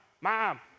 mom